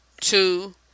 two